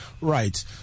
Right